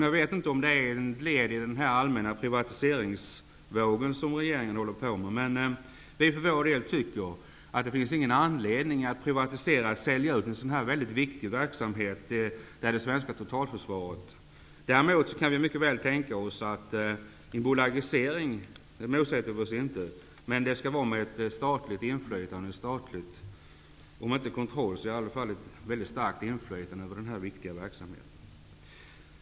Jag vet inte om det är ett led i den allmänna privatiseringsvåg regeringen håller på med, men vi socialdemokrater tycker inte att det finns någon anledning att privatisera och sälja ut en sådan mycket viktig verksamhet i det svenska totalförsvaret. Däremot kan vi mycket väl tänka oss en bolagisering -- det motsätter vi oss inte. Men varvet skall drivas med om inte statlig kontroll, så i alla fall med ett mycket starkt inflytande på denna viktiga verksamhet.